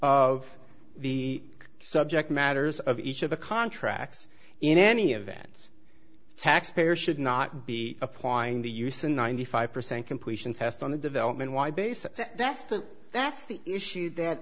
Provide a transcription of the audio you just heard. of the subject matters of each of the contracts in any event the taxpayer should not be applying the use of ninety five percent completion test on the development wide basis that's the that's the issue that